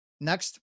Next